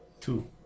Two